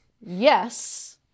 Yes